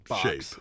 Shape